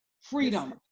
freedom